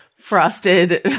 frosted